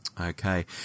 Okay